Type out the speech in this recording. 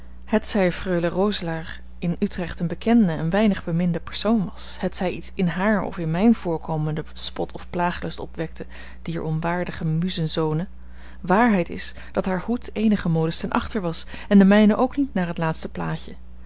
hetzij freule roselaer in utrecht eene bekende en weinig beminde persoon was hetzij iets in haar of in mijn voorkomen den spot of plaaglust opwekte dier onwaardige muzenzonen waarheid is dat haar hoed eenige modes ten achter was en de mijne ook niet naar het laatste plaatje